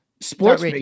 Sports